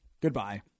Goodbye